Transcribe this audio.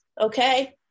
okay